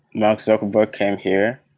mark zuckerberg came here,